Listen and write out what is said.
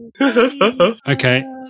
Okay